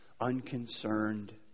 unconcerned